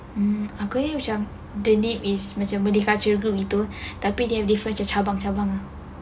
mm aku ingat macam the name is macam malay cultural group itu tapi dia have different macam cabang-cabang